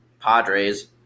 Padres